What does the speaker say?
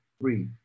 three